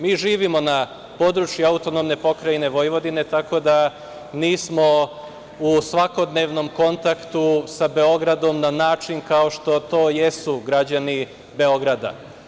Mi živimo na području AP Vojvodine, tako da nismo u svakodnevnom kontaktu sa Beogradom na način kao što to jesu građani Beograda.